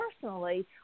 personally